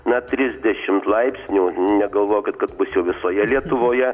na trisdešimt laipsnių negalvokit kad būs jau visoje lietuvoje